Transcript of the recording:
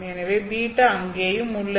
எனவே β அங்கேயும் உள்ளது